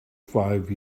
five